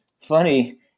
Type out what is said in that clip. funny